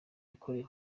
yakorewe